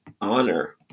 honor